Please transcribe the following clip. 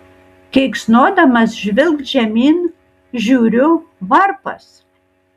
keiksnodamas žvilgt žemyn žiūriu varpas